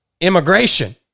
immigration